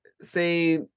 say